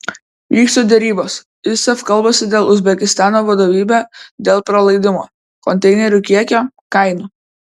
vyksta derybos isaf kalbasi su uzbekistano vadovybe dėl pralaidumo konteinerių kiekio kainų